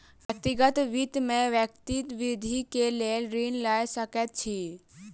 व्यक्तिगत वित्त में व्यक्ति वृद्धि के लेल ऋण लय सकैत अछि